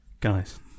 guys